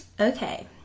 okay